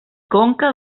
conca